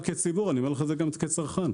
אני אומר לכם את זה גם כציבור, כצרכן.